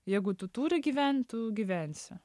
jeigu tu turi gyvent gyvensi